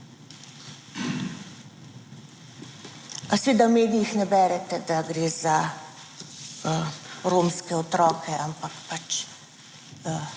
Pa seveda v medijih ne berete, da gre za romske otroke, ampak pač